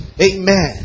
Amen